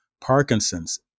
Parkinson's